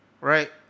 Right